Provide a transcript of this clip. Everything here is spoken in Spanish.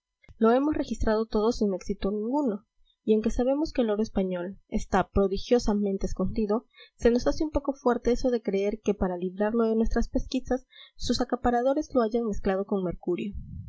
lo hemos registrado todo sin éxito ninguno y aunque sabemos que el oro español está prodigiosamente escondido se nos hace un poco fuerte eso de creer que para librarlo de nuestras pesquisas sus acaparadores lo hayan mezclado con mercurio